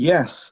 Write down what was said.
Yes